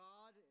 God